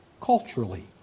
culturally